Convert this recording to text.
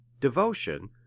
devotion